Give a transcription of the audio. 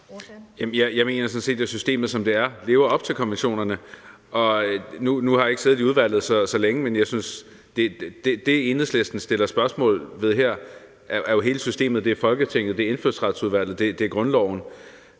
sådan set, at systemet, som det er, lever op til konventionerne. Nu har jeg ikke siddet i udvalget så længe, men jeg synes, at det, Enhedslisten sætter spørgsmålstegn ved her, er hele systemet: Det er Folketinget, det er Indfødsretsudvalget, det er grundloven.